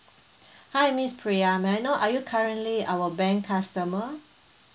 hi miss priya may I know are you currently our bank customer